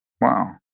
Wow